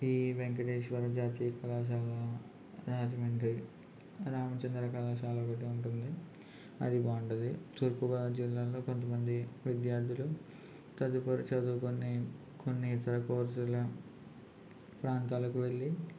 శ్రీ వెంకటేశ్వర జాతీయ కళాశాల రాజమండ్రి రామచంద్ర కళాశాల ఒకటి ఉంటుంది అది బాగుంటుంది తూర్పు గోదావరి జిల్లాలో కొంతమంది విద్యార్థులు తదుపరి చదువుకు కొన్ని కొన్ని ఇతర కోర్సుల ప్రాంతాలకు వెళ్ళి